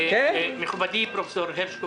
וכך ברמות האחרות